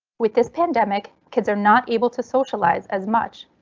with this pandemic kids are not able to socialize as much.